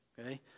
okay